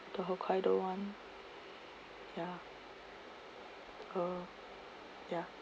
the hokkaido [one] ya uh ya